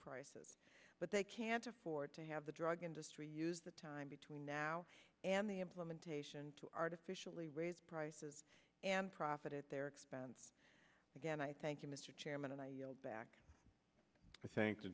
prices but they can't afford to have the drug industry use the time between now and the implementation to artificially raise prices and profit at their expense again i thank you mr chairman i yield back thank the